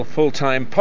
Full-Time